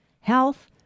Health